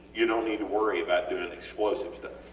you know need to worry about doing the explosive stuff.